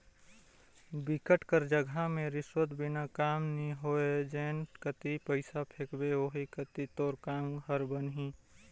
बिकट कर जघा में रिस्वत बिना कामे नी होय जेन कती पइसा फेंकबे ओही कती तोर काम हर बनही